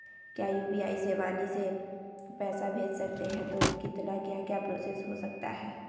क्या यू.पी.आई से वाणी से पैसा भेज सकते हैं तो कितना क्या क्या प्रोसेस हो सकता है?